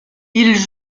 ils